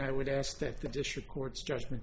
i would ask that the district court's judgment